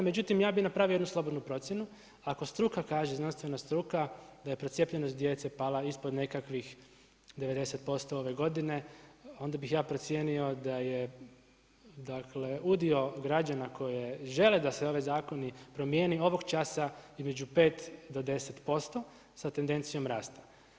Međutim, ja bih napravio jednu slobodnu procjenu, ako struka kaže, znanstvena struka, da je procijepljenost djece pala ispod nekakvih 90% ove godine onda bih ja procijenio da je dakle udio građana koji žele da se ovaj zakon i promijeni, ovog časa između 5 do 10% sa tendencijom rasta.